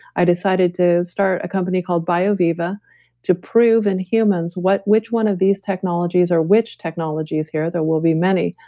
i decided to start a company called bioviva to prove in humans which one of these technologies or which technologies here, there will be many,